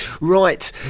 Right